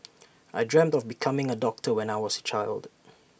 I dreamt of becoming A doctor when I was A child